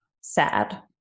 sad